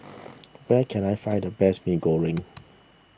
where can I find the best Mee Goreng